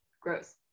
Gross